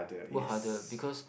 more harder because